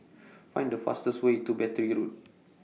Find The fastest Way to Battery Road